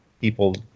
people